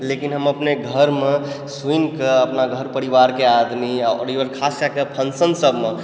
लेकिन हम अपने घरमे सुनि कऽ अपना घर परिवारके आदमी आओर इमहर खास कै कऽ फँग्सन सभमे